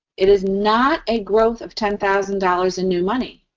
it is not a growth of ten thousand dollars in new money.